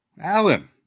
alan